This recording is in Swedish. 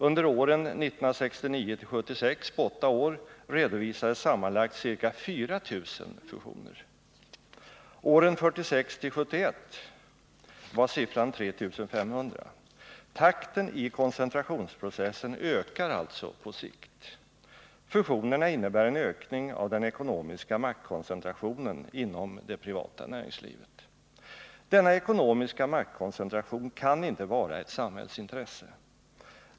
Under åren 1969-1976, på åtta år, redovisades sammanlagt ca 4000 fusioner. Åren 1946-1971 var siffran 3500. Takten i koncentrationsprocessen ökar alltså på sikt. Fusionerna innebär en ökning av den ekonomiska maktkoncentrationen inom det privata näringslivet. Denna ekonomiska maktkoncentration kan inte vara ett samhällsintresse.